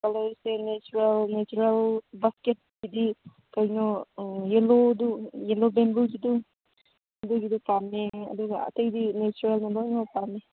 ꯕꯥꯁꯀꯦꯠꯀꯤꯗꯤ ꯀꯩꯅꯣ ꯌꯦꯜꯂꯣꯗꯨ ꯌꯦꯜꯂꯣ ꯕꯦꯝꯕꯨꯒꯤꯗꯨ ꯑꯗꯨꯒꯤꯗꯨ ꯄꯥꯝꯃꯦ ꯑꯗꯨꯒ ꯑꯇꯩꯗꯤ ꯅꯦꯆꯔꯦꯜꯗ ꯂꯣꯏꯅꯃꯛ ꯄꯥꯝꯃꯦ